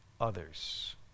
others